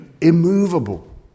immovable